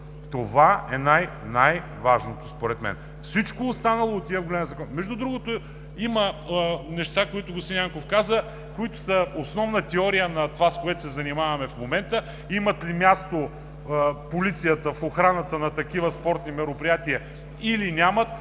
Това е най-, най-важното според мен. Всичко останало да отива в големия закон. Между другото, има неща, които господин Янков каза, които са основна теория на това, с което се занимаваме в момента – има ли място полицията в охраната на такива спортни мероприятия, или няма?